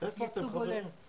ייצוג הולם.